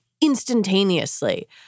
instantaneously